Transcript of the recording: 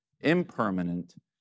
impermanent